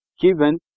given